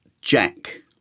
Jack